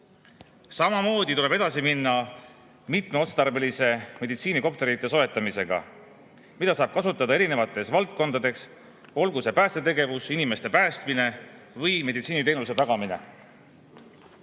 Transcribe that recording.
Samamoodi tuleb edasi minna mitmeotstarbeliste meditsiinikopterite soetamisega, mida saab kasutada erinevates valdkondades, olgu see päästetegevus, inimeste päästmine, või meditsiiniteenuse tagamine.